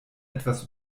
etwas